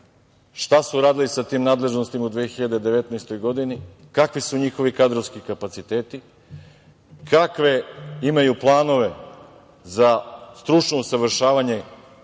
šta su radili sa tim nadležnostima u 2019. godini, kakvi su njihovi kadrovski kapaciteti, kakve imaju planove za stručno usavršavanje